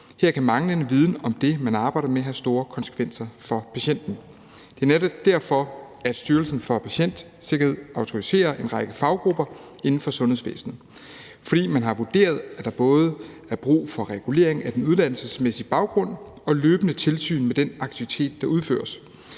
Her kan manglende viden om det, man arbejder med, have store konsekvenser for patienten. Det er netop derfor, at Styrelsen for Patientsikkerhed autoriserer en række faggrupper inden for sundhedsvæsenet. Man har vurderet, at der er brug for både regulering af den uddannelsesmæssige baggrund og løbende tilsyn med den aktivitet, der udføres.